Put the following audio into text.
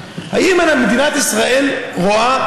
האם מדינת ישראל רואה?